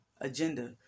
agenda